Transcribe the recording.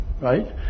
right